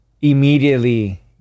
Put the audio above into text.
immediately